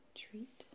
treat